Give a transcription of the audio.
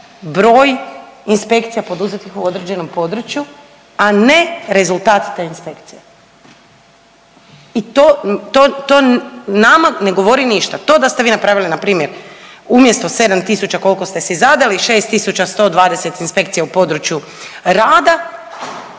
broj inspekcija poduzetih u određenom području, a ne rezultat te inspekcije i to nama ne govori ništa. To da ste vi napravili npr. umjesto 7.000 kolko ste si zadali 6.120 inspekcija u području rada,